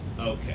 Okay